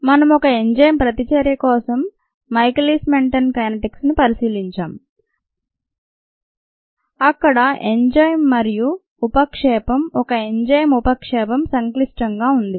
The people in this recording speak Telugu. మనం ఒక ఎంజైమ్ ప్రతిచర్య కోసం మైఖేలీస్ మెంటన్ కైనెటిక్స్ ను పరిశీలించాము అక్కడ ఎంజైమ్ మరియు ఉపక్షేపం ఒక ఎంజైమ్ ఉపక్షేపం సంక్లిష్టంగా ఉంది